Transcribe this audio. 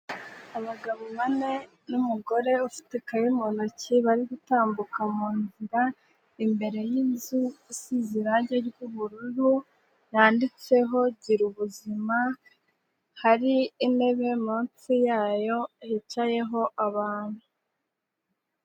Abagabo bane n'umugore ufite kari mu ntoki bari gutambuka mu nzira imbere y'inzu isize irangi ry'ubururu ryanditseho gira ubuzima, hari intebe munsi yayo hicayeho abantu.